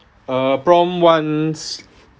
uh prompt ones